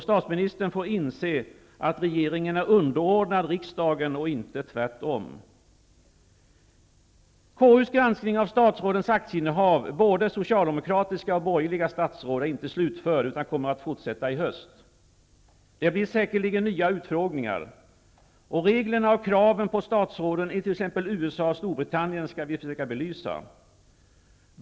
Statsministern får inse att regeringen är underordnad riksdagen och inte tvärtom. både socialdemokratiska och borgerliga -- är inte slutförd utan kommer att fortsätta i höst. Det blir säkerligen nya utfrågningar. Reglerna och kraven på statsråden i t.ex. USA och Storbritannien skall vi försöka belysa.